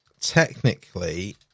technically